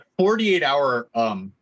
48-hour